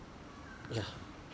ya